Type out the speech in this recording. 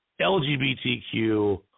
LGBTQ